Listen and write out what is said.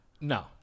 No